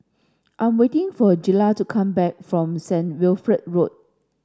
I'm waiting for Jiles to come back from Saint Wilfred Road